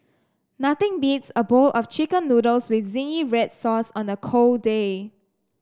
nothing beats a bowl of chicken noodles with zingy red sauce on a cold day